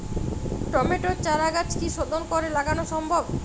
টমেটোর চারাগাছ কি শোধন করে লাগানো সম্ভব?